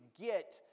get